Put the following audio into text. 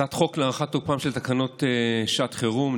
הצעת חוק להארכת תוקפן של תקנות שעת חירום,